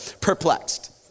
perplexed